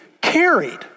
carried